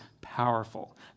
powerful